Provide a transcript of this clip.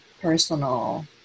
personal